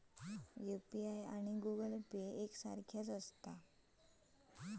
UPI आणि Google Pay एक सारख्याच आसा?